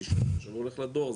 עכשיו הוא הולך לדואר,